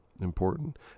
important